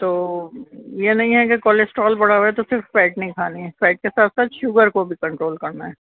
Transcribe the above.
تو یہ نہیں ہے کہ کوالسٹرال بڑا ہوئے تو صرف فیٹ نہیں کھانی ہے فیٹ کے ساتھ ساتھ شوگر کو بھی کنٹرول کرنا ہے